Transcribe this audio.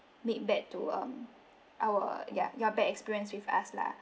make back to um our ya your bad experience with us lah